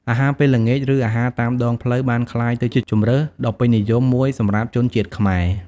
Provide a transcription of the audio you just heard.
អាហារពេលល្ងាច ឬអាហារតាមដងផ្លូវបានក្លាយទៅជាជម្រើសដ៏ពេញនិយមមួយសម្រាប់ជនជាតិខ្មែរ។